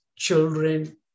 children